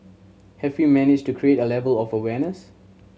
have we managed to create a level of awareness